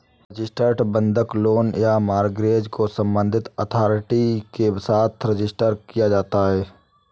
registered बंधक loan में mortgage को संबंधित अथॉरिटी के साथ रजिस्टर किया जाता है